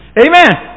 Amen